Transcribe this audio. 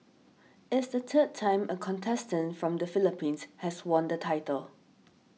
it's the third time a contestant from the Philippines has won the title